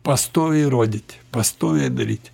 pastoviai rodyti pastoviai daryti